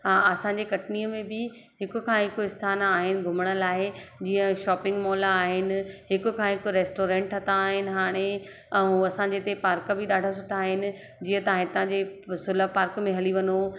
हा असांजे कटनीअ में बि हिक खां हिकु स्थान आहिनि घुमण लाइ जीअं शॉपिंग मोला आहिनि हिक खां हिकु रेस्टोरेंट आहिनि हाणे ऐं असांजे हिते पार्क बि ॾाढा सुठा सुठा आहिनि जीअं तव्हां हितां जे सुलभ पार्क में हली वञो